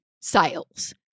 sales